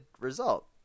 result